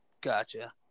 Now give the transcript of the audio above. Gotcha